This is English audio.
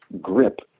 grip